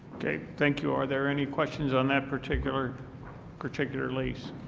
thank you. are there any questions on that particular particular lease?